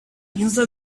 inside